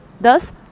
Thus